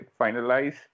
finalize